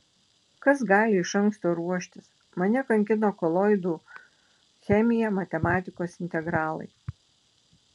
kas gali iš anksto ruoštis mane kankino koloidų chemija matematikos integralai